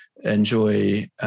enjoy